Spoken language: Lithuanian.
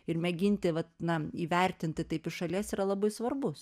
ir mėginti vat na įvertinti taip iš šalies yra labai svarbus